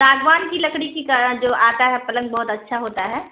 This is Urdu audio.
ساگوان کی لکڑی کی کا جو آتا ہے پلنگ بہت اچھا ہوتا ہے